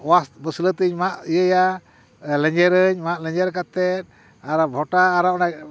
ᱚᱣᱟᱥ ᱵᱟᱹᱥᱞᱟᱹᱛᱮᱧ ᱢᱟᱜ ᱤᱭᱟᱹᱭᱟ ᱞᱮᱸᱡᱮᱨᱟᱹᱧ ᱢᱟᱜ ᱞᱮᱸᱡᱮᱨ ᱠᱟᱛᱮ ᱟᱨ ᱵᱷᱚᱴᱟ ᱟᱨᱚ ᱚᱱᱟ